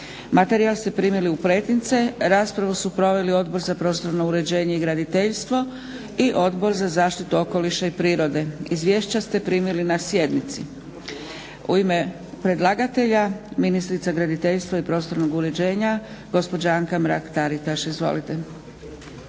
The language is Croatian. Materijal ste primili u pretince. Raspravu su proveli Odbor za prostorno uređenje i graditeljstvo i Odbor za zaštitu okoliša i prirode. Izvješća ste primili na sjednici. U ime predlagatelja ministrica graditeljstva i prostornog uređenja gospođa Anka Mrak Taritaš. Izvolite.